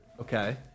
Okay